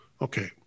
Okay